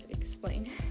explain